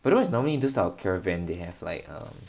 but otherwise normally those type of caravan they have like err